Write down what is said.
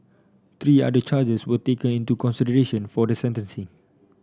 three other charges were taken into consideration for the sentencing